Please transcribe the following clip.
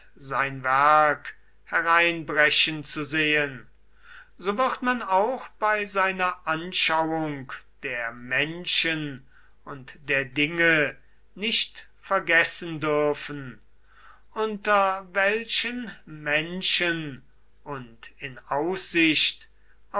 sein werk hereinbrechen zu sehen so wird man auch bei seiner anschauung der menschen und der dinge nicht vergessen dürfen unter welchen menschen und in aussicht